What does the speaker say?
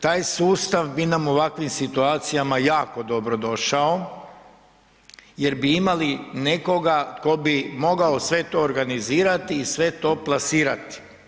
Taj sustav bi nam u ovakvim situacijama jako dobro došao jer bi imali nekoga tko bi mogao sve to organizirati i sve to plasirati.